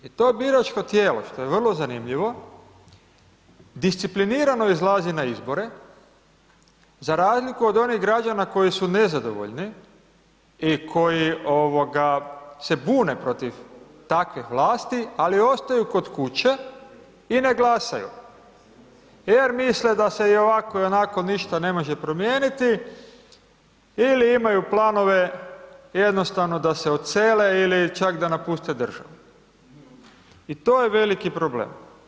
I to biračko tijelo, što je vrlo zanimljivo, disciplinirano izlazi na izbore za razliku od onih građana koji su nezadovoljni i koji se bune protiv takvih vlasti, ali ostaju kod kuće i ne glasaju jer misle da se iovako ionako ništa ne može promijeniti ili imaju planove jednostavno da se odsele ili čak da napuste državu i to je veliki problem.